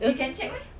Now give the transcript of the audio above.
you can check